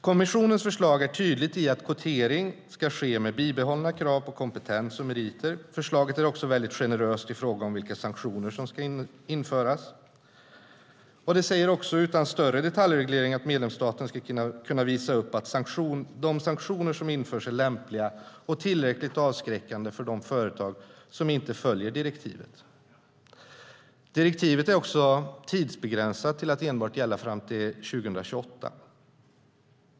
Kommissionens förslag är tydligt i att kvotering ska ske med bibehållna krav på kompetens och meriter. Förslaget är också väldigt generöst i fråga om vilka sanktioner som ska införas. Det säger utan större detaljreglering att medlemsstaten ska kunna visa upp att de sanktioner som införs är lämpliga och tillräckligt avskräckande för de företag som inte följer direktivet. Direktivet också tidsbegränsat till att gälla enbart fram till 2028.